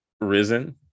risen